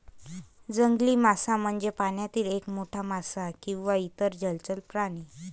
जंगली मासा म्हणजे पाण्यातील एक मोठा मासा किंवा इतर जलचर प्राणी